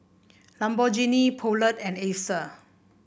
Lamborghini Poulet and Acer